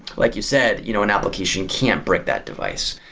like you said, you know an application can't brick that device.